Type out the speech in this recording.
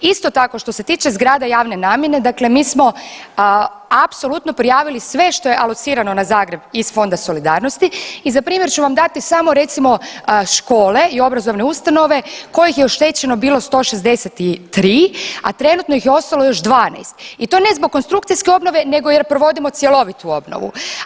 Isto tako što se tiče zgrada javne namjene, dakle mi smo apsolutno prijavili sve što je alocirano na Zagreb iz Fonda solidarnosti i za primjer ću vam dati samo recimo škole i obrazovne ustanove kojih je oštećeno bilo 163, a trenutno ih je ostalo još 12 i to ne zbog konstrukcijske obnove nego jer provodimo cjelovitu obnovu.